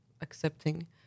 accepting